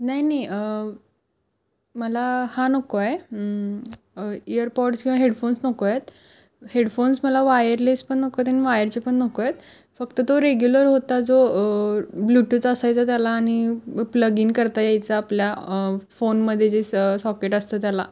नाही नाही मला हा नको आहे इअरपॉड्स किंवा हेडफोन्स नको आहेत हेडफोन्स मला वायरलेस पण नको आहेत आणि वायरचे पण नको आहेत फक्त तो रेग्युलर होता जो ब्लूटूथ असायचा त्याला आणि प्लगिन करता यायचा आपल्या फोनमध्ये जे स सॉकेट असतं त्याला